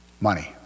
Money